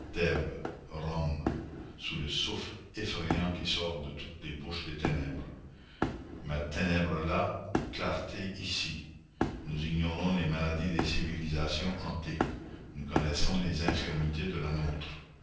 sous le souffle effrayant qui sort de toutes les bouches des ténèbres mais ténèbres là clarté ici nous ignorons les maladies des civilisations antiques nous connaissons les infirmités de la nôtre